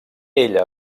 ella